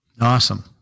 Awesome